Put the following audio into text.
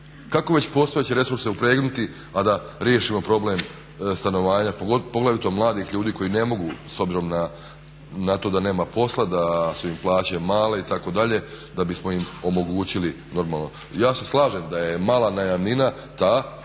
kako već postojeće resurse upregnuti, a da riješimo problem stanovanja, poglavito mladih ljudi koji ne mogu s obzirom na to da nema posla, da su im plaće male itd., da bismo im omogućili normalno. Ja se slažem da je mala najamnina ta